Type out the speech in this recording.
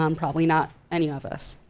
um probably not any of us.